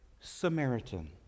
Samaritan